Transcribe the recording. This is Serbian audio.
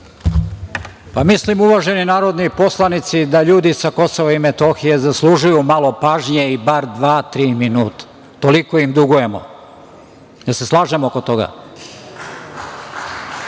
Mislim uvaženi narodni poslanici da ljudi sa Kosova i Metohije zaslužuju malo pažnje i bar dva tri minuta, toliko im dugujemo. Da li se slažemo oko